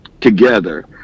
together